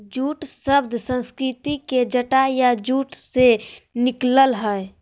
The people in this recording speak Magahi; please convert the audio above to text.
जूट शब्द संस्कृत के जटा या जूट से निकलल हइ